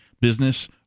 business